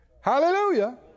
Hallelujah